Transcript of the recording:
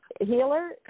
Healer